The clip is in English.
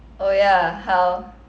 oh ya how